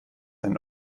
ein